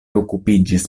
okupiĝis